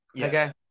Okay